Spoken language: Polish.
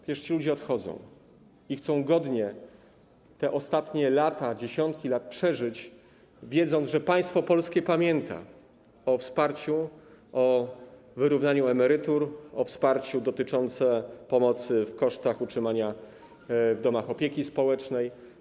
Przecież ci ludzie odchodzą i chcą godnie przeżyć te ostatnie lata, dziesiątki lat, wiedząc, że państwo polskie pamięta o wsparciu, o wyrównaniu emerytur, o wsparciu dotyczącym pomocy w kosztach utrzymania w domach opieki społecznej.